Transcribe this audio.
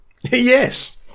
Yes